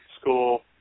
school